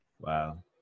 Wow